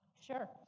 Sure